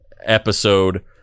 episode